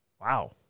wow